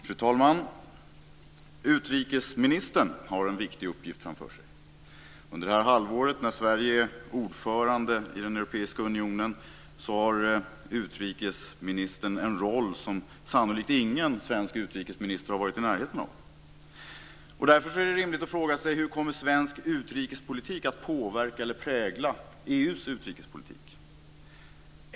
Fru talman! Utrikesministern har en viktig uppgift framför sig. Under det här halvåret, när Sverige är ordförande i den europeiska unionen, har utrikesministern en roll som sannolikt ingen svensk utrikesminister har varit i närheten av. Därför är det rimligt att fråga sig hur svensk utrikespolitik kommer att påverka eller prägla EU:s utrikespolitik.